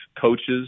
coaches